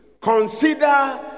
Consider